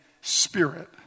spirit